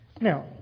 Now